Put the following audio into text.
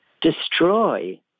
destroy